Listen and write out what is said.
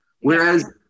Whereas